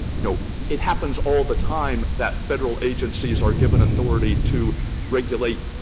you know, it happens all the time that federal agencies are given authority to regulate,